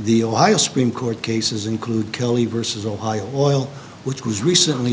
the ohio supreme court cases include kili vs ohio oil which was recently